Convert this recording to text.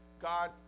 God